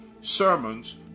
sermons